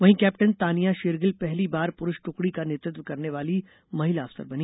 वहीं केप्टन तानिया शेरगिल पहली बार पुरूष टुकडी का नेतृत्व करने वाली महिला अफसर बनी